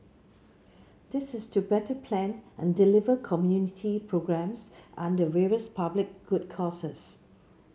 this is to better plan and deliver community programmes and the various public good causes